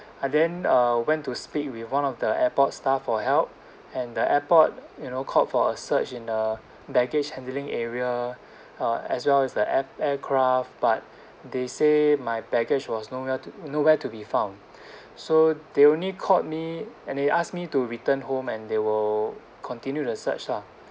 I then uh went to speak with one of the airport staff for help and the airport you know called for a search in the baggage handling area uh as well as the air aircraft but they say my baggage was nowhere nowhere to be found so they only called me and they asked me to return home and they will continue the search lah